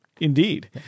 Indeed